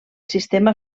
sistema